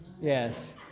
Yes